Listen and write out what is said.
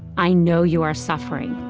i know you are suffering.